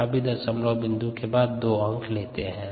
यहाँ भी दशमलव बिंदु के बाद के दो अंक लेते है